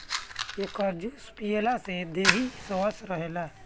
एकर juice पियला से देहि स्वस्थ्य रहेला